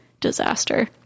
disaster